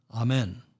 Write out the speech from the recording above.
Amen